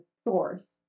source